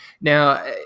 Now